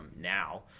now